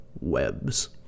webs